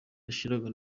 yashiraga